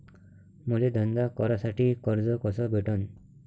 मले धंदा करासाठी कर्ज कस भेटन?